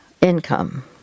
income